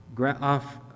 off